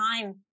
time